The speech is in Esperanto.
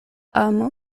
amo